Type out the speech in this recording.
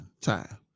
time